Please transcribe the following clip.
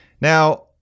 Now